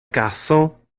gacon